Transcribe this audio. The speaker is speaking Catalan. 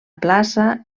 plaça